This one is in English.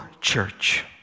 church